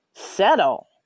Settle